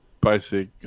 basic